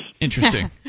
Interesting